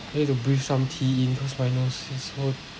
I need to breathe some tea in cause my nose is so